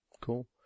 Cool